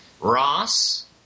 Ross